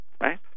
right